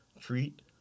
treat